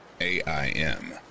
AIM